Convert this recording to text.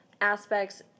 aspects